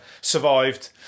survived